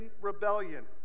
rebellion